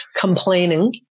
complaining